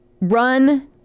Run